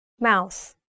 Mouse